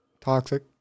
toxic